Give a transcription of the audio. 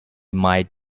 might